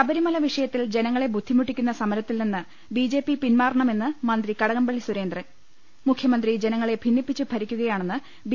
ശബരിമല വിഷയത്തിൽ ജനങ്ങളെ ബുദ്ധിമുട്ടിക്കുന്ന സമരത്തിൽ നിന്ന് ബി ജെ പി പിൻമാറണമെന്ന് മന്ത്രി കടകംപളളി സുരേന്ദ്രൻ മുഖ്യമന്ത്രി ജനങ്ങളെ ഭിന്നിപ്പിച്ചു ഭരിക്കുകയാണെന്ന് ബി